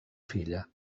filla